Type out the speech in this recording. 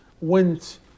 went